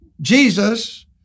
Jesus